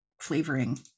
flavoring